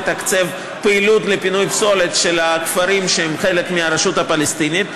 תתקצב פעילות לפינוי פסולת של הכפרים שהם חלק מהרשות הפלסטינית.